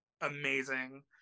amazing